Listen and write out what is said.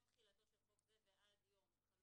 תחילתו של חוק זה ועד יום (בחוק זה,